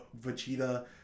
Vegeta